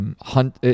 hunt